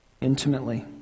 intimately